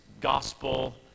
gospel